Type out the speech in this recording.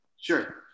Sure